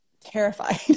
terrified